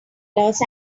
los